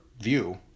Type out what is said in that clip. view